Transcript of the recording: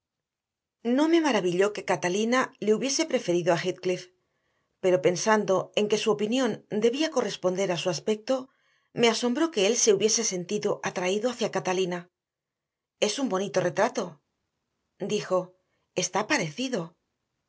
no me maravilló que catalina le hubiese preferido a heathcliff pero pensando en que su opinión debía corresponder a su aspecto me asombro que él se hubiese sentido atraído hacia catalina es un bonito retrato dijo está parecido